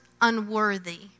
unworthy